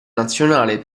nazionale